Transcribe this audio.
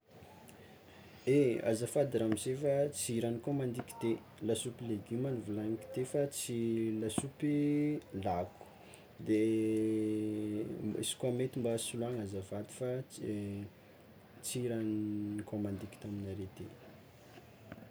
Eh azafady ramose fa tsy raha nikômandiky ty, lasopy legioma nivolaniko teo fa tsy lasopy lako de izy koa mety mba soloagna azafady tsy tsy raha nikômandiky taminareo ty.